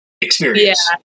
experience